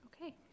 okay